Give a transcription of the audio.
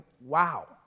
wow